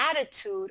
attitude